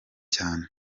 cyane